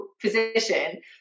position